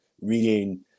reading